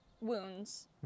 Wounds